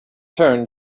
turned